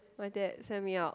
my dad send me out